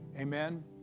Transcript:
Amen